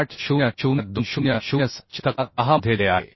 800 2007 च्या तक्ता 10 मध्ये दिले आहे